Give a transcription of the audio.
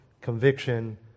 conviction